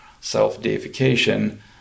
self-deification